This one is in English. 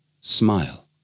smile